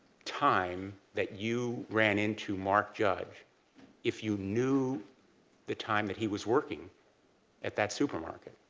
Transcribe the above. time that you ran into mark judge if you knew the time that he was working at that supermarket.